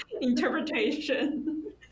interpretation